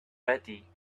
ready